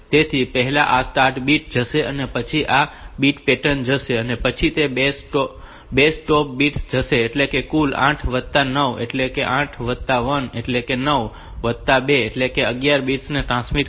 તેથી પહેલા આ સ્ટાર્ટ બીટ જશે અને પછી આ બીટ પેટર્ન જશે અને પછી બે સ્ટોપ બિટ્સ જશે એટલે કુલ 8 વત્તા 9 એટલે કે 8 વત્તા 1 એટલે 9 વત્તા 2 એટલે 11 બિટ્સ ને ટ્રાન્સમિટ કરવાના છે